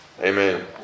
Amen